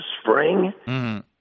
spring